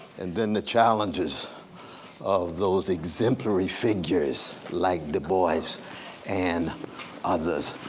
and then the challenges of those exemplary figures like du bois and others.